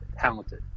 talented